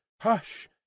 Hush